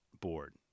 board